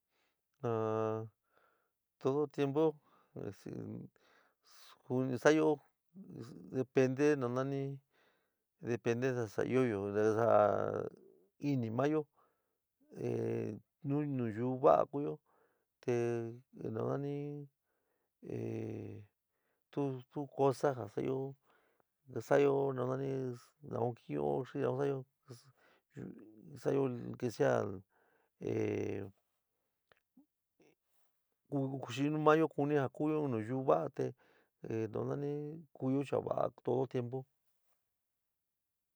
Todo tiempu sa'ayo depende nanani depende nasa ɨóyo ɨni maáyo ehh nu nayú vaá kuúyo te nanani. Tu tu cosa ja sa'ayo ja sa'ayo nanani nou jɨó xinu sa'ayo sa'ayo en que sea xi nu maáyo kunɨó ja kuyo nayuú vaá te nanani kuyo chaá va´á todo tiempu.